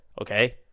Okay